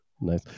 nice